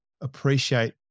appreciate